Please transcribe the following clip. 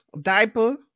diaper